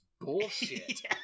bullshit